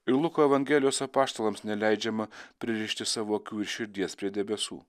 ir luko evangelijos apaštalams neleidžiama pririšti savo akių ir širdies prie debesų